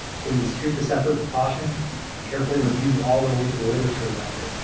please treat this effort with caution and carefully review all related literature around it,